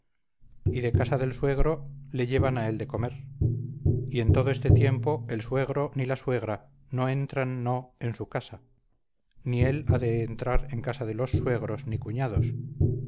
y de casa del suegro le llevan a él de comer y en todo este tiempo el suegro ni la suegra no entran no en su casa ni él ha de entrar en casa de los suegros ni cuñados